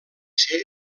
ser